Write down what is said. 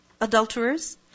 adulterers